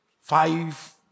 Five